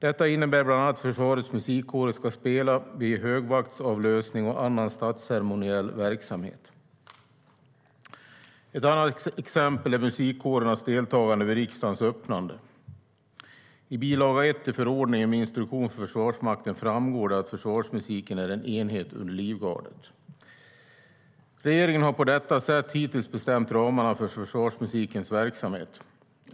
Detta innebär bland annat att försvarets musikkårer ska spela vid högvaktsavlösningen och annan statsceremoniell verksamhet. Ett annat exempel är musikkårernas deltagande vid riksdagens öppnande. I bilaga 1 till förordningen med instruktion för Försvarsmakten framgår det att Försvarsmusiken är en enhet under Livgardet. Regeringen har på detta sätt hittills bestämt ramarna för försvarsmusikens verksamhet.